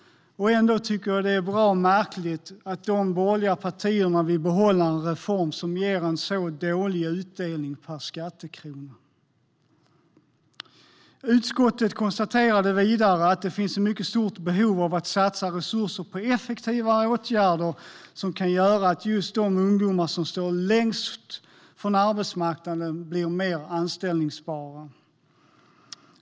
Jag tycker att det är bra märkligt att de borgerliga partierna ändå vill behålla en reform som ger en så dålig utdelning per skattekrona. Vidare konstaterade utskottet att det finns ett mycket stort behov av att satsa resurser på effektivare åtgärder som kan göra att just de ungdomar som står längst från arbetsmarknaden blir mer anställbara.